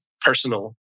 personal